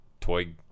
toy